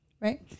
Right